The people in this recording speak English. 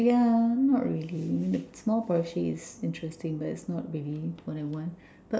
yeah not really the small Porsche is interesting but it's not really what I want